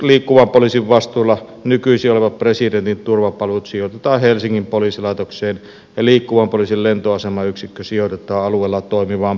liikkuvan poliisin vastuulla nykyisin olevat presidentin turvapalvelut sijoitetaan helsingin poliisilaitokseen ja liikkuvan poliisin lentoaseman yksikkö sijoitetaan alueella toimivaan poliisilaitokseen